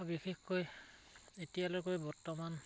বিশেষকৈ এতিয়ালৈকে বৰ্তমান